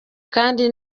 kandi